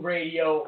Radio